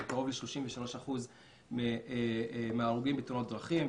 אנחנו קרוב ל-33% מההרוגים בתאונות דרכים,